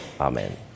Amen